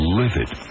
livid